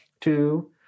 two